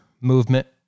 movement